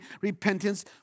repentance